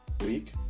week